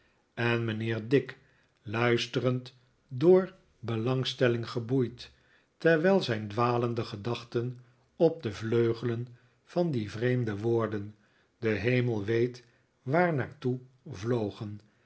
en mijnheer dick luisterend door belangstelling geboeid terwijl zijn dwalende gedachten op de vleugelen van die vreemde woorden de hemel weet waar naar toe